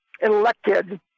elected